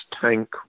tank